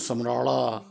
Samrala